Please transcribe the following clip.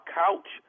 couch